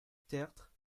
tertre